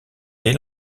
dès